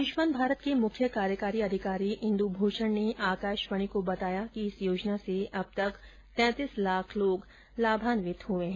आयुष्मान भारत के मुख्य कार्यकारी अधिकारी इंदु भूषण ने आकाशवाणी को बताया कि इस योजना से अब तक तैंतीस लाख लोग लाभान्वित हुए हैं